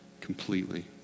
completely